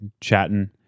chatting